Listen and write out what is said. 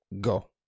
Go